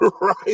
Right